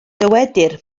dywedir